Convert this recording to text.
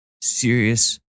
serious